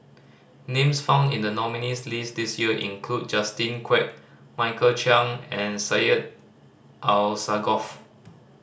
names found in the nominees' list this year include Justin Quek Michael Chiang and Syed Alsagoff